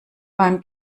beim